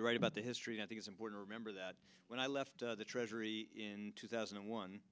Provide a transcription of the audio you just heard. right about the history i think is important remember that when i left the treasury in two thousand and one